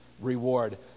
reward